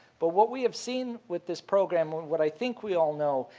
but what we have seen with this program, what i think we all know,